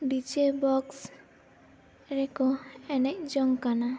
ᱰᱤ J box ᱨᱮᱠᱚ ᱮᱱᱮᱡ ᱡᱚᱝ ᱠᱟᱱᱟ